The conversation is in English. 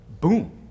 Boom